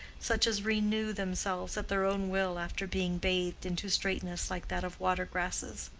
such as renew themselves at their own will after being bathed into straightness like that of water-grasses.